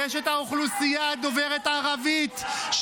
יש את האוכלוסייה דוברת הערבית,